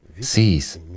sees